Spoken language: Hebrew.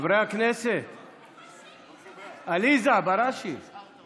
קרן ברק, נא לשבת.